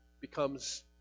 becomes